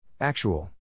Actual